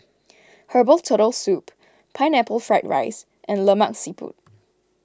Herbal Turtle Soup Pineapple Fried Rice and Lemak Siput